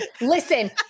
listen